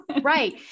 Right